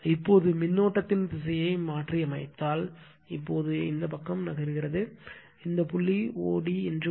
இப்போது மின்னோட்டத்தின் திசையை மாற்றியமைத்தால் இப்போது இந்த பக்கம் நகர்கிறது இந்த புள்ளி o d என்று வரும்